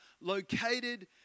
located